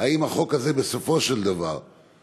אם בסופו של דבר החוק הזה,